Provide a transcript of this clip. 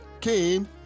came